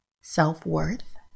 self-worth